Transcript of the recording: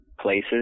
places